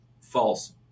false